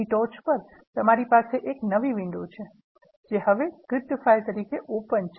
તેની ટોચ પર તમારી પાસે એક નવી વિંડો છે જે હવે સ્ક્રિપ્ટ ફાઇલ તરીકે ઓપન છે